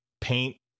paint